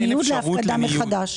בין ניוד לבין הפקדה מחדש?